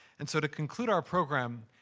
and so to conclude our program,